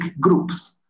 groups